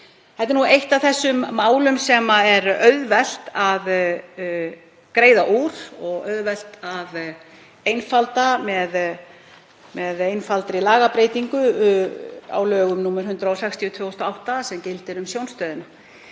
Þetta er eitt af þessum málum sem er auðvelt að greiða úr og auðvelt að einfalda með einfaldri lagabreytingu á lögum nr. 160/2008, sem gilda um stofnunina.